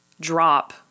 drop